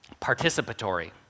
participatory